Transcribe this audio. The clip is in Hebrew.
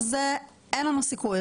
אז אין לנו סיכוי.